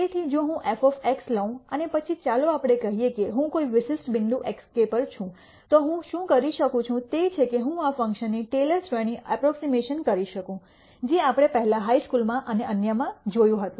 તેથી જો હું f લઉં અને પછી ચાલો આપણે કહીએ કે હું કોઈ વિશિષ્ટ બિંદુ xk પર છું તો હું શું કરી શકું તે છે કે હું આ ફંકશનની ટેલર શ્રેણી અપ્પ્રોક્ઝીમશન કરી શકું જે આપણે પહેલા હાઇ સ્કૂલ અને અન્યમાં જોયું હોત